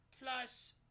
plus